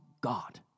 God